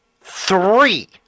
Three